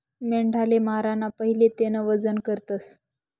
मेंढाले माराना पहिले तेनं वजन करतस